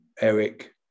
Eric